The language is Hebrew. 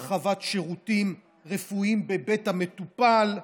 הרחבת שירותים רפואיים בבית המטופל,